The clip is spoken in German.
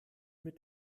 mit